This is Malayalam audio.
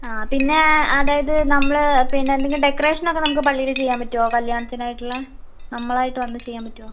ആ പിന്നെ അതായത് നമ്മൾ പിന്നെ എന്തെങ്കിലും ഡെക്കറേഷൻ ഒക്കെ നമുക്ക് പള്ളിയിൽ ചെയ്യാൻ പറ്റുമോ കല്യാണത്തിന് ആയിട്ടുള്ളത് നമ്മളായിട്ട് വന്ന് ചെയ്യാൻ പറ്റുമോ